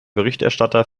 berichterstatter